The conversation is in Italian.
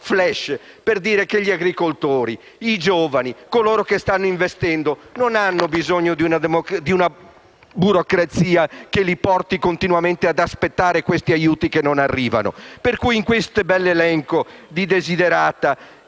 dire che gli agricoltori, i giovani e tutti coloro che stanno investendo non hanno bisogno di una burocrazia che li porti continuamente ad aspettare aiuti che non arrivano. Pertanto, cosa si chiede in questo bell'elenco di *desiderata*?